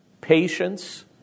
patience